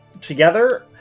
together